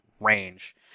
range